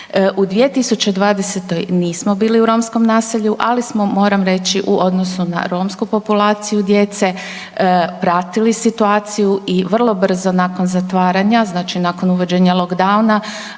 U 2020. nismo bili u romskom naselju, ali smo moram reći u odnosu na romsku populaciju djece pratili situaciju i vrlo brzo nakon zatvaranja, znači nakon uvođenja lockdowna